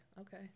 Okay